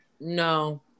No